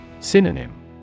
Synonym